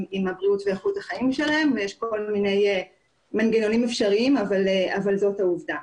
הבריאות ואיכות החיים שלהן ויש כל מיני מנגנונים אפשריים אבל זאת העובדה.